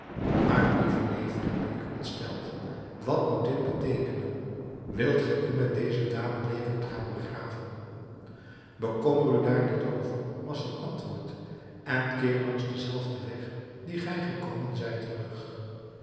maar lieve neef riep ik ontsteld wat moet dit beteekenen wilt gij u met deze dame levend gaan begraven bekommer u daar niet over was het antwoord en keer langs den zelfden weg dien gij gekomen zijt terug